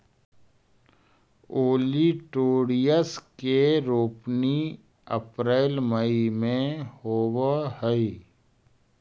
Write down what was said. olitorius के रोपनी April मई में होवऽ हई